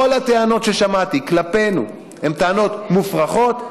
כל הטענות ששמעתי כלפינו הן טענות מופרכות.